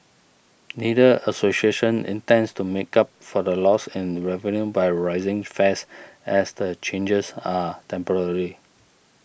neither association intends to make up for the loss in revenue by raising fares as the changes are temporary